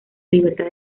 libertad